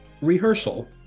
Rehearsal